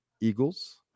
Eagles